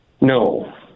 No